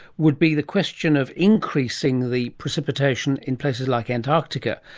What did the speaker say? would be the question of increasing the precipitation in places like antarctica.